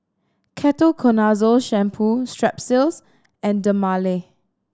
Ketoconazole Shampoo Strepsils and Dermale